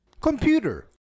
Computer